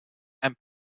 and